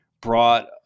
brought